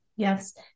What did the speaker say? Yes